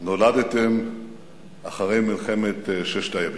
נולדתם אחרי מלחמת ששת הימים.